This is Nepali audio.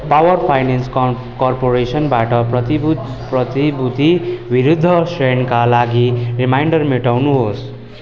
पावर फाइनेन्स कर कर्पोरेसनबाट प्रतिभूत प्रतिभूति विरुद्ध ऋणका लागि रिमाइन्डर मेटाउनुहोस्